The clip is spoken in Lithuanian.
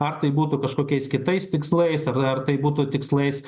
ar tai būtų kažkokiais kitais tikslais ar tai būtų tikslais